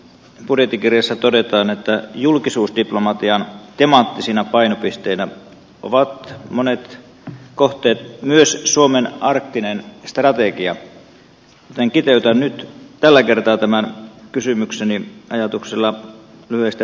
budjettikirjassa todetaan että julkisuusdiplomatian temaattisina painopisteinä ovat monet kohteet myös suomen arktinen strategia joten kiteytän nyt tällä kertaa tämän kysymykseni ajatuksella lyhyestä virsi kaunis